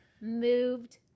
moved